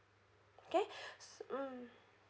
okay mm